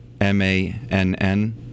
M-A-N-N